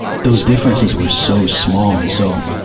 those differences were so small and so,